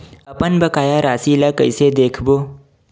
अपन बकाया राशि ला कइसे देखबो?